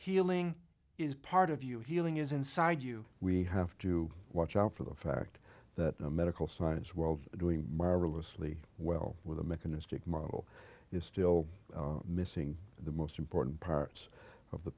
healing is part of you healing is inside you we have to watch out for the fact that medical science world doing marvelously well with a mechanistic model is still missing the most important parts of the